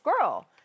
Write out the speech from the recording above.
girl